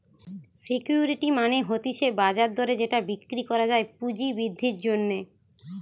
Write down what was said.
security মানে হতিছে বাজার দরে যেটা বিক্রি করা যায় পুঁজি বৃদ্ধির জন্যে